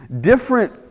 Different